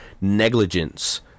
negligence